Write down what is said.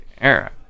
era